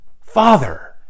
Father